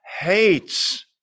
hates